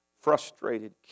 Frustrated